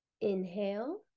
Inhale